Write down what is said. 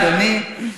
תודה, אדוני.